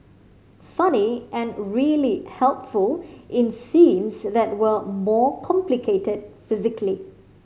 funny and really helpful in scenes that were more complicated physically